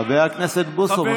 חבר הכנסת בוסו, מספיק.